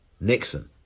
Nixon